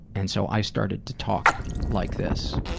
and so i started to talk like this.